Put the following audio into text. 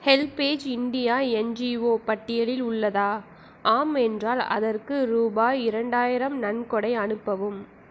HelpAge India NGO பட்டியலில் உள்ளதா ஆம் என்றால் அதற்கு ரூபாய் இரண்டாயிரம் நன்கொடை அனுப்பவும்